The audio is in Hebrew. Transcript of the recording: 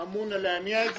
אמון על להניע את זה.